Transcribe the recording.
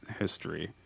history